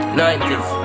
90s